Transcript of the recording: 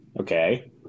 Okay